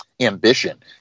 ambition